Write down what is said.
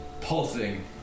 pulsing